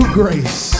grace